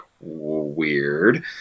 weird